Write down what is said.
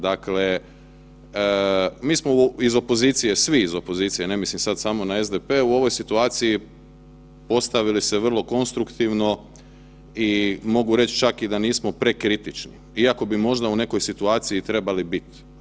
Dakle, mi smo iz opozicije, svi iz opozicije ne mislim samo sad na SDP u ovoj situaciji postavili se vrlo kontruktivno i mogu reći čak i da nismo prekritični iako bi možda u nekoj situaciji trebali biti.